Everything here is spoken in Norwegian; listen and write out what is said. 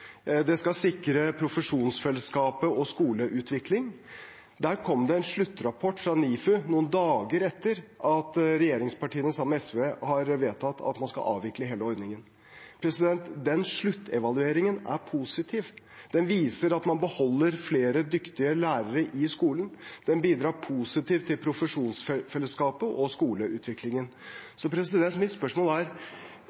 Det skal sikre profesjonsfellesskapet og skoleutvikling. Der kom det en sluttrapport fra NIFU noen dager etter at regjeringspartiene sammen med SV har vedtatt at man skal avvikle hele ordningen. Den sluttevalueringen er positiv. Den viser at man beholder flere dyktige lærere i skolen, og den bidrar positivt til profesjonsfellesskapet og skoleutviklingen.